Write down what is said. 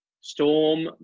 Storm